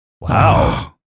wow